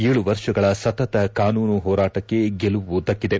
ಏಳು ವರ್ಷಗಳ ಸತತ ಕಾನೂನು ಹೋರಾಟಕ್ಕೆ ಗೆಲುವು ದಕ್ಕಿದೆ